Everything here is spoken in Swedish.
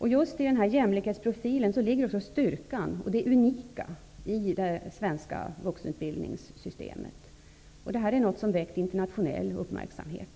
Just i denna jämlikhetsprofil ligger också styrkan och det unika i det svenska vuxenutbildningssystemet. Det är någonting som har väckt internationell uppmärksamhet.